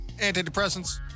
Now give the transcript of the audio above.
antidepressants